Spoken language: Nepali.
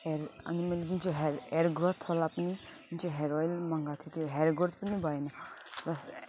हेयर अनि मैले जुन चाहिँ हेयर हेयर ग्रोथवाला पनि जुन चाहिँ हेयर अइल मगाएको थिएँ त्यो हेयर ग्रोथ पनि भएन प्लस